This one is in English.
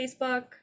Facebook